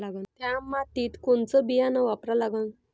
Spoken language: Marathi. थ्या मातीत कोनचं बियानं वापरा लागन?